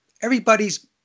everybody's